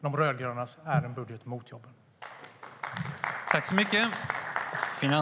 De rödgrönas är en budget mot jobb.